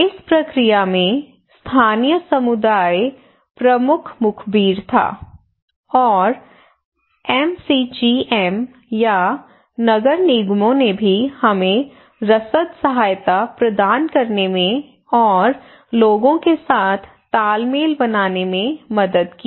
इस प्रक्रिया में स्थानीय समुदाय प्रमुख मुखबिर था और एमसीजीएम या नगर निगमों ने भी हमें रसद सहायता प्रदान करने में और लोगों के साथ तालमेल बनाने में मदद की